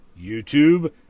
YouTube